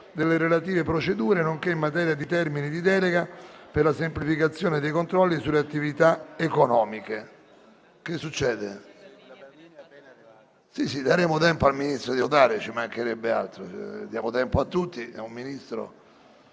delle relative procedure nonché in materia di termini di delega per la semplificazione dei controlli sulle attività economiche».